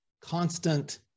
constant